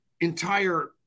entire